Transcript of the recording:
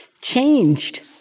changed